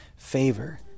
favor